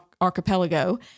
Archipelago